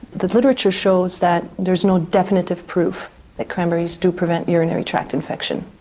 the literature shows that there is no definitive proof that cranberries do prevent urinary tract infection.